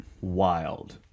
wild